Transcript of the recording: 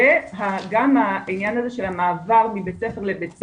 וגם העניין הזה של המעבר מבית ספר לבית ספר,